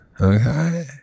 Okay